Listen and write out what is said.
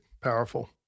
Powerful